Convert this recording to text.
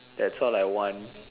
that's all I want